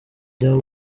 jya